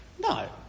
No